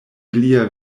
lia